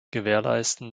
gewährleisten